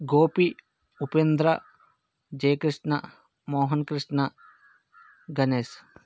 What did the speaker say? Gopi Upendra Jai Krishna Mohan Krishna Ganesh